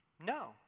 No